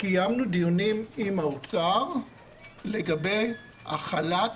קיימנו דיונים עם האוצר לגבי הכלת